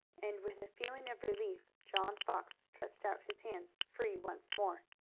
and with a feeling of relief john fox stretched out his hands, free once more.